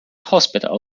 hospital